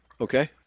Okay